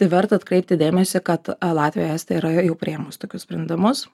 verta atkreipti dėmesį kad latvija estija yra jau priėmus tokius sprendimus